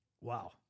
Wow